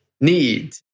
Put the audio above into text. need